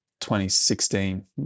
2016